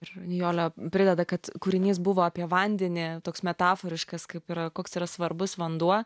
ir nijolė prideda kad kūrinys buvo apie vandenį toks metaforiškas kaip yra koks yra svarbus vanduo